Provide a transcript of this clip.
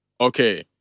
Okay